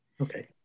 Okay